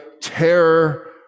terror